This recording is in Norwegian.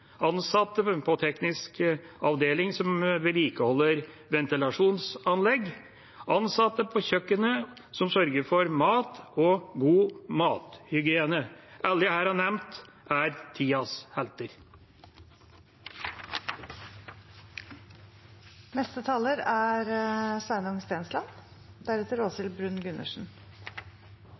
ansatte ved teknisk avdeling som vedlikeholder ventilasjonsanlegg, ansatte på kjøkkenet som sørger for mat og god mathygiene. Alle jeg her har nevnt, er tidas